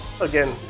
again